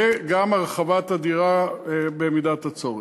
וגם הרחבת הדירה במידת הצורך.